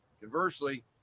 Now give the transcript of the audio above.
Conversely